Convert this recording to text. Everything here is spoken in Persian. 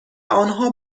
آنها